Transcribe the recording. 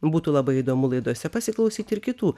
būtų labai įdomu laidose pasiklausyt ir kitų